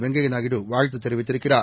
வெங்கய்யாநாயுடுவாழ்த் துதெரிவித்திருக்கிறார்